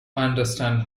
understand